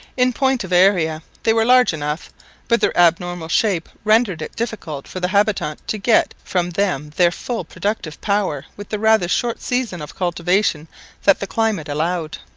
in point of area they were large enough but their abnormal shape rendered it difficult for the habitant to get from them their full productive power with the rather short season of cultivation that the climate allowed.